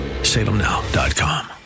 Salemnow.com